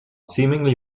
seemingly